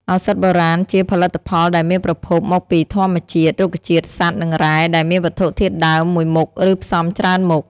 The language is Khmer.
ឱសថបុរាណជាផលិតផលដែលមានប្រភពមកពីធម្មជាតិ រុក្ខជាតិ សត្វ និង រ៉ែ ដែលមានវត្ថុធាតុដើម មួយមុខ ឬ ផ្សំច្រើនមុខ។